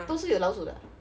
都是有老鼠的 ah